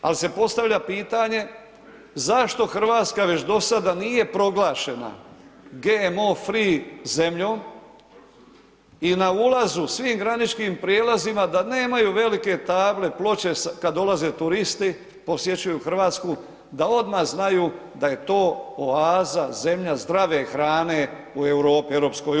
Ali se postavlja pitanje zašto Hrvatska već do sada nije proglašena GMO free zemljom i na ulazu na svim graničnim prijelazima da nemaju velike table, ploče kada dolaze turisti i posjećuju Hrvatsku da odmah znaju da je to oaza, zemlja zdrave hrane u EU.